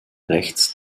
rechts